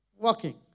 walking